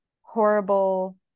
horrible